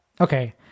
okay